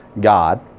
God